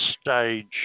stage